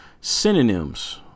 synonyms